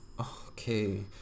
okay